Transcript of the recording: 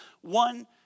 one